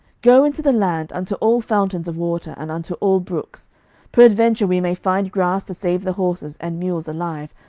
go into the land, unto all fountains of water, and unto all brooks peradventure we may find grass to save the horses and mules alive,